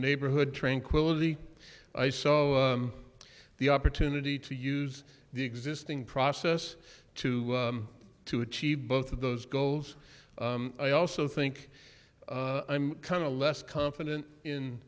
neighborhood tranquility i saw the opportunity to use the existing process to to achieve both of those goals i also think i'm kind of less confident in